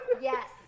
Yes